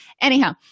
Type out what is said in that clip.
Anyhow